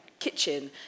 kitchen